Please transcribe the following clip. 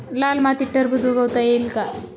लाल मातीत टरबूज उगवता येईल का?